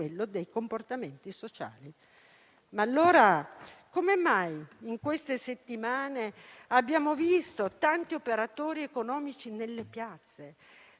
Allora come mai in queste settimane abbiamo visto tanti operatori economici, tante